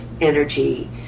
energy